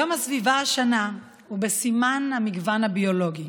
יום הסביבה השנה הוא בסימן המגוון הביולוגי.